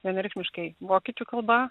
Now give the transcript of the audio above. vienareikšmiškai vokiečių kalba